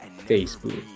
Facebook